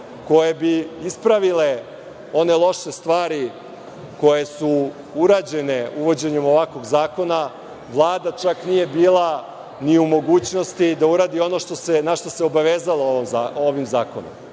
koje bi ispravile one loše stvari koje su urađene uvođenjem ovakvog zakona, Vlada čak nije bila ni u mogućnosti da uradi ono na šta se obavezala ovim zakonom.